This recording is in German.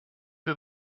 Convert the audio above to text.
wir